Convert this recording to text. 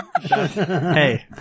Hey